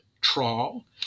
trawl